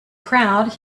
crowd